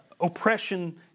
oppression